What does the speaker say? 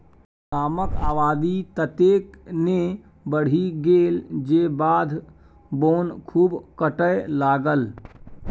गामक आबादी ततेक ने बढ़ि गेल जे बाध बोन खूब कटय लागल